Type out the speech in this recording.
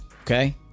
okay